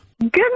Good